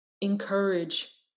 encourage